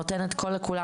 נותנת את כל כולה.